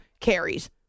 carries